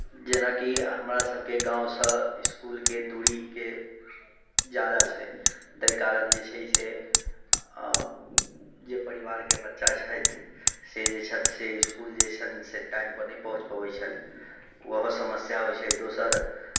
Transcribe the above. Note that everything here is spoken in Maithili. जेनाकि हमरासभके गामसँ इसकुलके दूरीके ज्यादा छै ताहि कारण जे छै से जे परिवारके बच्चा छथि से जे छथि से इसकुल जे छनि से टाइमपर नहि पहुँच पबैत छथि ओहो समस्या होइत छै दोसर